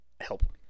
help